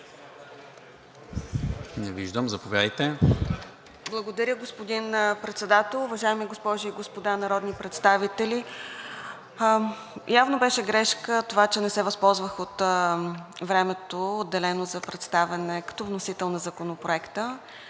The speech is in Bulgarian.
НАДЕЖДА ЙОРДАНОВА (ДБ): Благодаря, господин Председател. Уважаеми госпожи и господа народни представители! Явно беше грешка това, че не се възползвах от времето, отделено за представяне като вносител на Законопроекта,